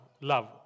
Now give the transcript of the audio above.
love